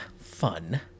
fun